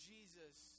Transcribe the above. Jesus